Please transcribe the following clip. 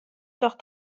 tocht